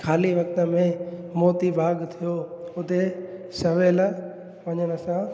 ख़ाली वक़्त में मोती बाघ थियो उते सवेलु वञण सां